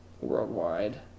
worldwide